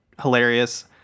hilarious